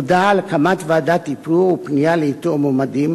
הודעה על הקמת ועדת איתור ופנייה לאיתור המועמדים,